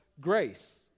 grace